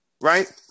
Right